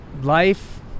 Life